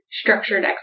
structured